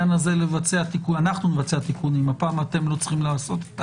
שנבצע תיקונים הפעם אתם לא צריכים לעשות.